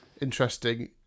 interesting